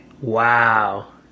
Wow